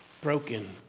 broken